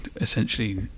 essentially